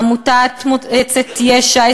עמותת מועצת יש"ע,